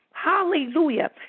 Hallelujah